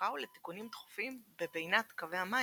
לתחזוקה ולתיקונים דחופים בבינת קווי המים,